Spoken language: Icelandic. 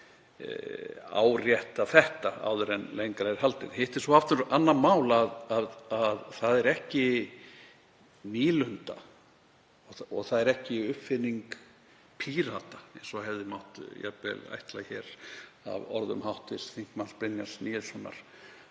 árétta þetta áður en lengra er haldið. Hitt er svo aftur annað mál að það er ekki nýlunda og það eru ekki uppfinning Pírata, eins og hefði mátt jafnvel ætla hér af orðum hv. þm. Brynjars Níelssonar,